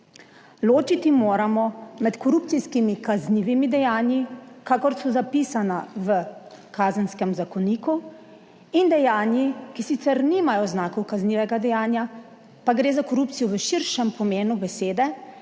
moramo med korupcijskimi kaznivimi dejanji, kakor so zapisana v Kazenskem zakoniku, in dejanji, ki sicer nimajo znakov kaznivega dejanja, pa gre za korupcijo v širšem pomenu besede